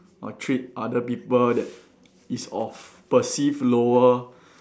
or treat other people that is of perceive lower